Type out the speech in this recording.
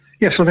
Yes